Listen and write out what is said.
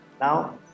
Now